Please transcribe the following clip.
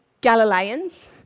Galileans